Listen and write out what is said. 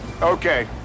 Okay